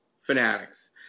fanatics